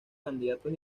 candidatos